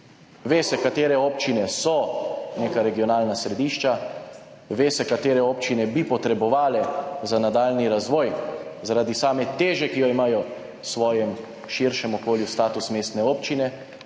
Ve se, katere občine so neka regionalna središča, ve se, katere občine bi potrebovale za nadaljnji razvoj zaradi same teže, ki jo imajo v svojem širšem okolju, status mestne občin.